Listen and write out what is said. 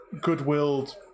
good-willed